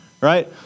right